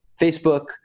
Facebook